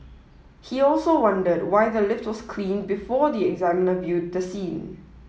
he also wondered why the lift was cleaned before the examiner viewed the scene